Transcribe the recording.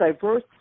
diverse